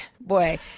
Boy